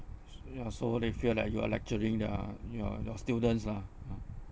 so ya so they feel like you are lecturing their your your students lah ya